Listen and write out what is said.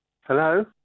Hello